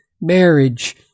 marriage